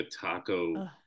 taco